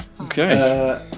Okay